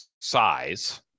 size